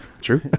True